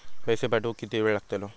पैशे पाठवुक किती वेळ लागतलो?